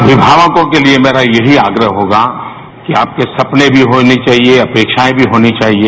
अमिमावकों के लिए मेरा यही आग्रह होगा कि आपके सपने भी होने वाहिए अपेक्षाएं भी होनी चाहिए